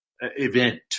event